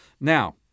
Now